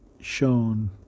Shown